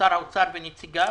שר האוצר ונציגיו